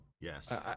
yes